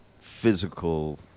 physical